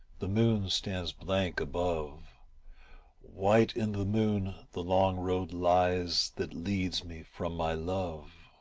the moon stands blank above white in the moon the long road lies that leads me from my love.